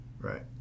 Right